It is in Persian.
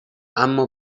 اما